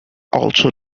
also